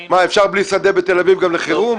מה, אפשר בלי שדה בתל אביב גם לחירום?